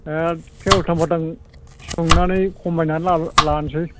एक्खे उल्थां फाल्थां सोंनानै खमायनानै लानोसै